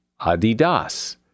Adidas